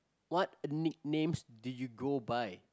what nicknames do you go by